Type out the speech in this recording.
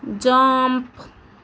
jump